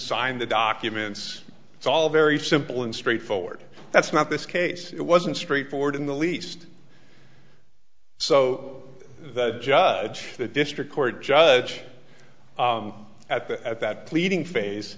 signed the documents it's all very simple and straightforward that's not this case it wasn't straightforward in the least so the judge the district court judge at the at that pleading